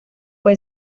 fue